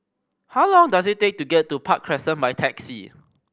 how long does it take to get to Park Crescent by taxi